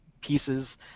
pieces